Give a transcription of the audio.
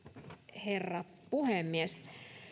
herra puhemies